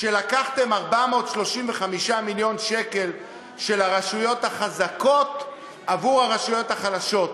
שלקחתם 435 מיליון שקל של הרשויות החזקות עבור הרשויות החלשות.